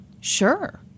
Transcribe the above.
sure